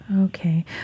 Okay